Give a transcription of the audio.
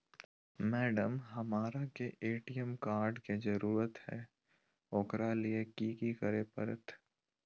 Madam, हमरा के ATM card के जरूरत है ऊकरा ले की की करे परते?